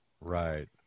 Right